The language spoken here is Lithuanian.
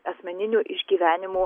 asmeninių asmeninių išgyvenimų